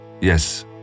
Yes